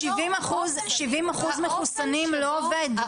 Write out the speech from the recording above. שבעים אחוז מחוסנים לא עובד.